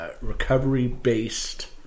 recovery-based